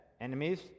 enemies